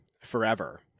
forever